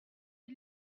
eut